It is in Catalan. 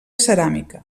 ceràmica